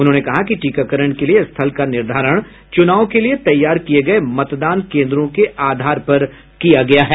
उन्होंने कहा कि टीकाकरण के लिए स्थल का निर्धारण चुनाव के लिए तैयार किये गये मतदान केंद्रों के आधार पर किया गया है